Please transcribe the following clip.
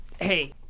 hey